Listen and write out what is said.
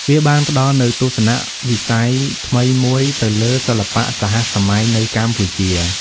វាបានផ្តល់នូវទស្សនៈវិស័យថ្មីមួយទៅលើសិល្បៈសហសម័យនៅកម្ពុជា។